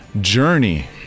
journey